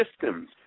systems